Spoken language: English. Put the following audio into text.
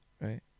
Right